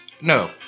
No